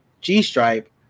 G-stripe